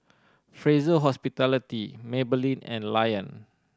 Fraser Hospitality Maybelline and Lion